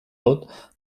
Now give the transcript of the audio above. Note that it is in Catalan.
tot